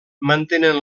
mantenen